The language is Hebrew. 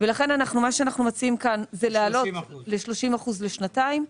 ולכן מה שאנחנו מציעים כאן זה להעלות ל-30% לשנתיים,